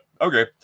okay